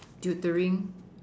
tutoring